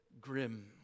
grim